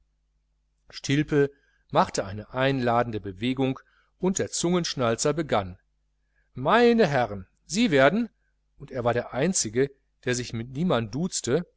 stilpe machte eine einladende bewegung und der zungenschnalzer begann meine herren sie werden er war der einzige der sich mit niemand duzte